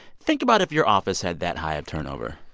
think about if your office had that high a turnover.